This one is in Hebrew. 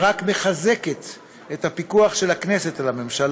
היא רק מחזקת את הפיקוח של הכנסת על הממשלה